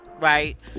right